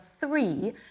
three